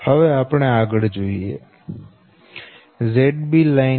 હવે ZB line 113